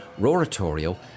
Roratorio